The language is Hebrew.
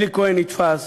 אלי כהן נתפס